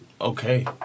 okay